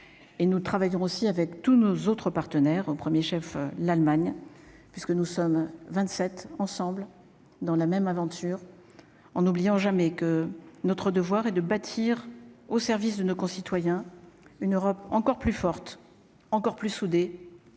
et nous travaillons aussi avec tous nos autres partenaires au 1er chef, l'Allemagne, puisque nous sommes 27 ensemble dans la même aventure, en n'oubliant jamais que notre devoir est de bâtir au service de nos concitoyens une Europe encore plus forte encore plus soudé